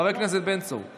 חבר הכנסת בן צור.